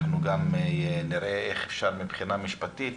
אנחנו גם נראה איך אפשר מבחינה משפטית